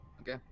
okay